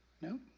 No